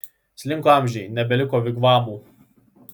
slinko amžiai nebeliko vigvamų